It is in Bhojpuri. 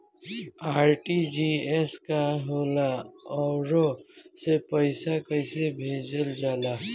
आर.टी.जी.एस का होला आउरओ से पईसा कइसे भेजल जला?